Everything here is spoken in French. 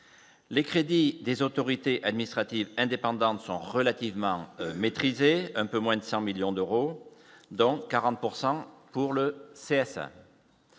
les crédits des autorités administratives indépendantes sont relativement maîtrisé, un peu moins de 100 millions d'euros, donc 40 pourcent